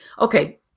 Okay